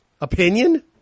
Opinion